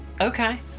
Okay